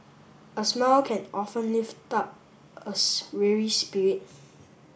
a smile can often lift up a spirit